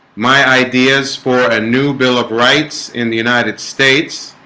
my ideas for a new bill of rights in the united states